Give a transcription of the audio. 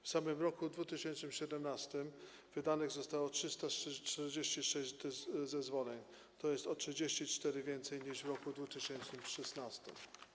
W samym roku 2017 wydanych zostało 346 zezwoleń, tj. o 34 więcej niż w roku 2016.